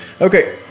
Okay